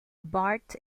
bart